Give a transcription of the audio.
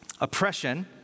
oppression